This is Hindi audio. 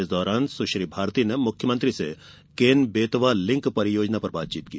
इस दौरान सुश्री भारती मुख्यमंत्री से कोन बेतवा लिंक परियोजना पर बातचीत की